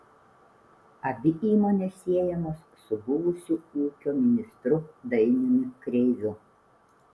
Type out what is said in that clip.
abi įmonės siejamos su buvusiu ūkio ministru dainiumi kreiviu